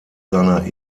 seiner